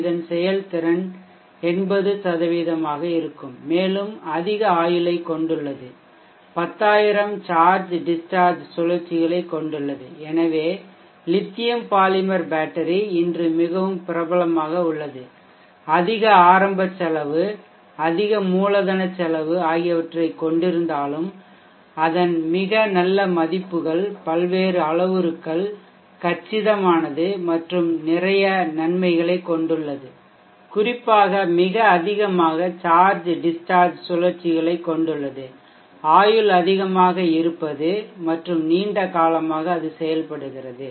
இதன் செயல்திறன் 80 ஆக இருக்கும் மேலும் அதிக ஆயுளைக் கொண்டுள்ளது 10000 சார்ஜ் டிஷ்ஷார்ஜ் சுழற்சிகளைக் கொண்டுள்ளது எனவே லித்தியம் பாலிமர் பேட்டரி இன்று மிகவும் பிரபலமாக உள்ளது அதிக ஆரம்ப செலவு அதிக மூலதனச் செலவு ஆகியவற்றைக் கொண்டிருந்தாலும் அதன் மிக நல்ல மதிப்புகள் பல்வேறு அளவுருக்கள் கச்சிதமானது மற்றும் நிறைய நன்மைகளைக் கொண்டுள்ளது குறிப்பாக மிக அதிகமாக சார்ஜ் டிஷ்ஷார்ஜ் சுழற்சிகளைக் கொண்டுள்ளது ஆயுள் அதிகமாக இருப்பது மற்றும் நீண்ட காலமாக அது செயல்படுகிறது